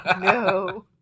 no